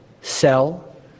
sell